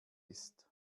ist